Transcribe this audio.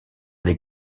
les